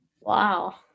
wow